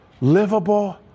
livable